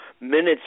minutes